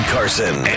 Carson